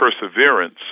perseverance